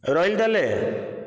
ରହିଲି ତା'ହେଲେ